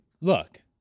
Look